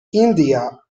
india